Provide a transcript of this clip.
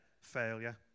failure